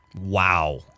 Wow